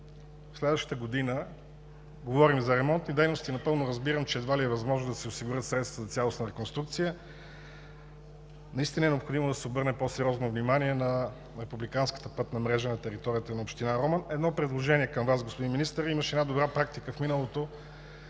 в следващата година – говорим за ремонтни дейности и напълно разбирам, че едва ли е възможно да се осигурят средства за цялостна реконструкция, наистина е необходимо да се обърне по-сериозно внимание на републиканската пътна мрежа на територията на община Роман. Едно предложение към Вас, господин Министър. Имаше една добра практика в миналото,